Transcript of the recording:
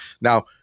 Now